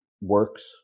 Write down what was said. works